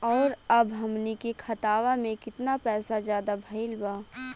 और अब हमनी के खतावा में कितना पैसा ज्यादा भईल बा?